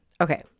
Okay